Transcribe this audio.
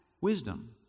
wisdom